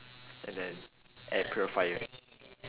and then air purifier